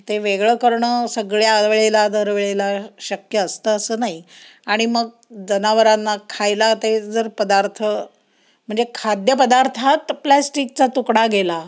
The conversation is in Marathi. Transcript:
ते वेगळं करणं सगळ्या वेळेला दरवेळेला शक्य असतं असं नाही आणि मग जनावरांना खायला ते जर पदार्थ म्हणजे खाद्यपदार्थात प्लॅस्टिकचा तुकडा गेला